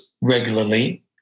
regularly